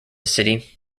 city